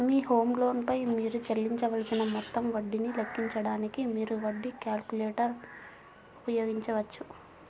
మీ home loan పై మీరు చెల్లించవలసిన మొత్తం వడ్డీని లెక్కించడానికి, మీరు వడ్డీ క్యాలిక్యులేటర్ ఉపయోగించవచ్చు